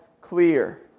clear